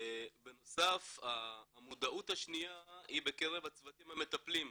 בנוסף, המודעות השנייה היא בקרב הצוותים המטפלים.